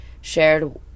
shared